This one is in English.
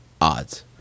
odds